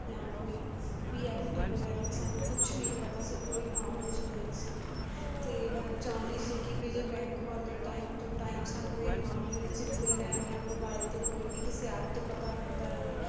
ਜਾਂ ਕੋਈ ਵੀ ਐਫ ਡੀ ਵਗੈਰਾ ਦਾ ਸਾਨੂੰ ਕੁਛ ਨਹੀਂ ਪਤਾ ਸੀ ਕੋਈ ਨਾਲੇਜ ਨਹੀਂ ਸੀਗੀ ਅਤੇ ਮੈਂ ਚਾਹੁੰਦੀ ਸੀਗੀ ਵੀ ਜੇ ਬੈਂਕ ਵਾਲੇ ਟਾਈਮ ਤੋਂ ਟਾਈਮ ਸਾਨੂੰ ਇਹ ਨੌਲੇਜ ਦਿੰਦੇ ਰਹਿਣ ਜਾਂ ਮੋਬਾਈਲ 'ਤੇ ਕੋਈ ਵੀ ਕਿਸੇ ਐਪ ਤੋਂ ਪਤਾ ਲੱਗਦਾ ਰਹੇ